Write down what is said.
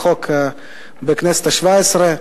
החוק התחיל בכנסת השבע-עשרה.